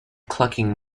clucking